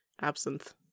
absinthe